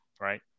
right